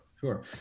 sure